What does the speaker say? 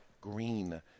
green